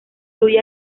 fluye